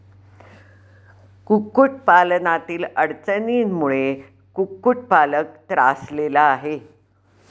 कुक्कुटपालनातील अडचणींमुळे कुक्कुटपालक त्रासलेला आहे